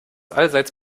allseits